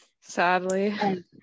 Sadly